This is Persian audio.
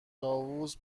طاووس